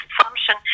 assumption